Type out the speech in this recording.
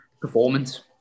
performance